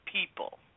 people